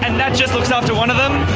and that's just looks after one of them.